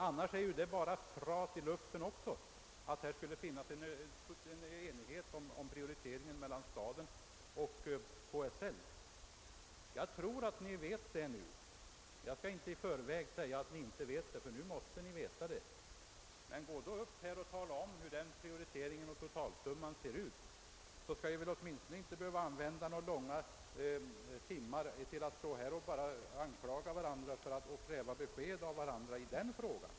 Annars är det bara prat i luften. Gå upp här och tala om hur prioriteringen och totalsumman ser ut, så att vi åtminstone inte behöver ta många timmar i anspråk för att bara anklaga varandra och kräva besked av varandra i den frågan!